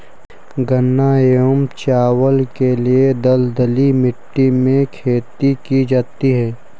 गन्ना एवं चावल के लिए दलदली मिट्टी में खेती की जाती है